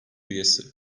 üyesi